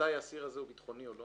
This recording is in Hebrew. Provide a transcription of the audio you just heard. מתי האסיר הזה הוא ביטחוני או לא